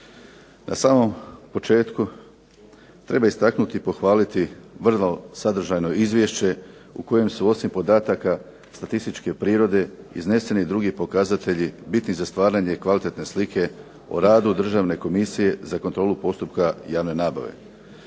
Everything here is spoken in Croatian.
Na samom početku treba istaknuti i pohvaliti vrlo sadržajno izvješće u kojem su osim podataka statističke prirode izneseni i drugi pokazatelji bitni za stvaranje kvalitetne slike o radu Državne komisije za kontrolu postupka javne nabave